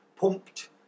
pumped